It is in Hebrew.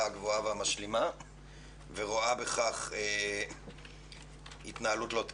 הגבוהה והמשלימה ורואה בכך התנהלות לא תקינה.